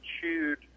chewed